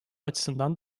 açısından